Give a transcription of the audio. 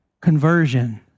conversion